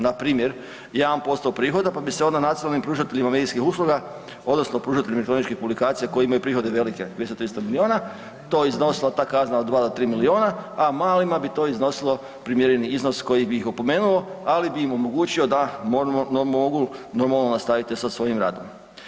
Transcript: Npr. 1% prihoda, pa bi se onda nacionalnim pružateljima medijskih usluga odnosno pružateljima elektroničkih publikacija koji imaju prihode velike 200, 300 milijuna to iznosilo ta kazna od 2 do 3 milijuna, a malima bi to iznosilo primjereni iznos koji bi ih opomenuo ali bi im omogućio da mogu normalno nastaviti sa svojim radom.